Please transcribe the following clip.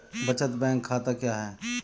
बचत बैंक खाता क्या है?